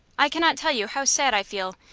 i cannot tell you how sad i feel,